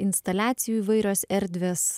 instaliacijų įvairios erdvės